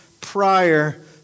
prior